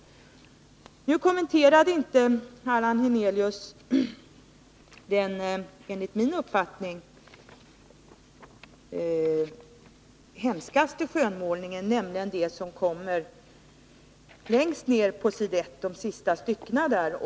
Nu kommenterade inte Allan Hernelius den enligt min uppfattning hemskaste skönmålningen, nämligen den som återges längst ner på s, 1 i de sista styckena där.